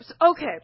okay